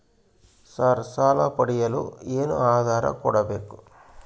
Sir ಸಾಲ ಪಡೆಯಲು ಏನು ಆಧಾರ ಕೋಡಬೇಕು?